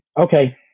okay